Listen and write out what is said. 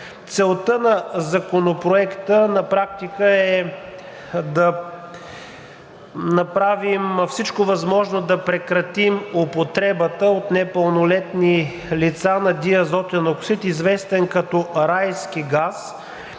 Целта на Законопроекта на практика е да направим всичко възможно да прекратим употребата от непълнолетни лица на диазотен оксид, известен като райски газ.